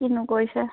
কিনো কৰিছা